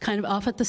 kind of off at the